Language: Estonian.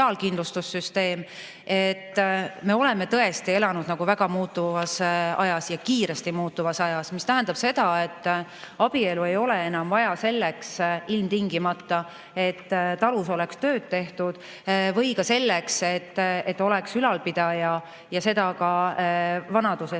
Me oleme tõesti elanud väga muutuvas ajas, ja kiiresti muutuvas ajas, mis tähendab seda, et abielu ei ole enam ilmtingimata vaja, et talus oleks tööd tehtud, või ka selleks, et oleks ülalpidaja, ja seda ka vanaduses.